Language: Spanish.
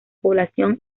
población